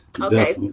okay